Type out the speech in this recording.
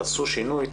תעשו שינוי.